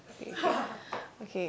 okay okay okay